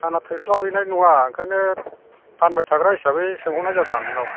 आंना थोस्लाबहैनाय नङा बेनिखायनो फानबाय थाग्रा हिसाबै सोंहरनाय जादों आं नोंनाव